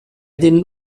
den